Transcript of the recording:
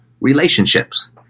relationships